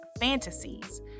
fantasies